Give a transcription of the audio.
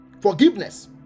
Forgiveness